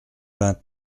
vingt